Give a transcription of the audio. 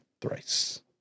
thrice